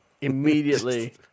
immediately